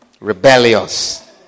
rebellious